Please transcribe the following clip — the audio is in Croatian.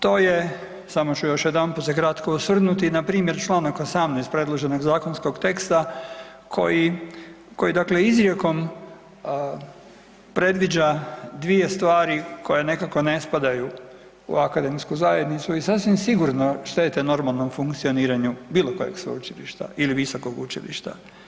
To je, samo ću još jedanput se kratko osvrnuti, npr. čl. 18. predloženog zakonskog teksta koji, koji dakle izrijekom predviđa dvije stvari koje nekako ne spadaju u akademsku zajednicu i sasvim sigurno štete normalnom funkcioniranju bilo kojeg sveučilišta ili visokog učilišta.